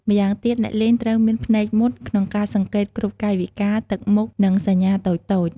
ម្យ៉ាងទៀត អ្នកលេងត្រូវមាន ភ្នែកមុត ក្នុងការសង្កេតគ្រប់កាយវិការ ទឹកមុខ និងសញ្ញាតូចៗ។